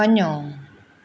वञो